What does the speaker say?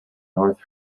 north